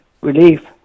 relief